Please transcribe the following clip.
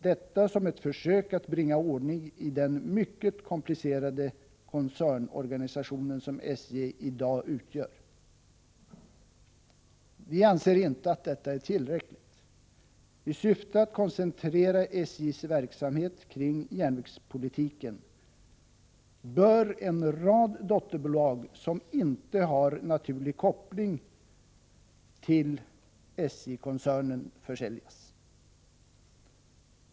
Detta är ett försök att bringa ordning i den mycket komplicerade koncernorganisation som SJ i dag utgör. Vi anser inte att detta är tillräckligt. I syfte att koncentrera SJ:s verksamhet kring järnvägstrafiken bör en rad dotterbolag som inte har naturlig koppling till denna försäljas.